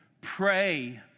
pray